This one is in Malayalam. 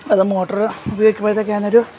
അത് മോട്ടറ് ഉപയോഗിക്കുമ്പോഴത്തേക്കും അതിനൊരു